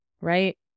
right